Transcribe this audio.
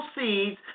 seeds